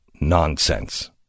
nonsense